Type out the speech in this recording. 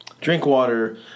Drinkwater